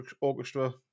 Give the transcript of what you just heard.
Orchestra